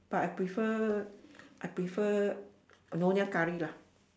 but I prefer I prefer nyonya curry lah